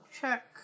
check